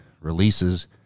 releases